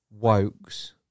Wokes